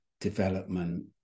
development